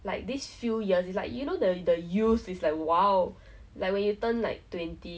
then I realise oh yeah ah maybe my like extrovert self is still like somewhere there I guess